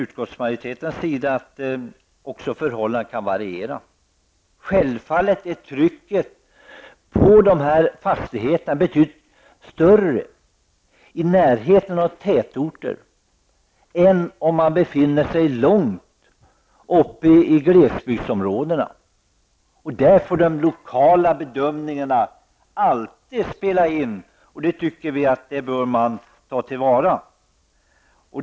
Utskottsmajoriteten menar att förhållandena också kan variera. Självfallet är trycket på dessa fastigheter betydligt större i närheten av tätorter än långt uppe i glesbygdsområdena. Här får den lokala bedömningen alltid spela in, och den bör man ta till vara.